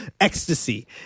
ecstasy